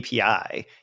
API